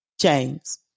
James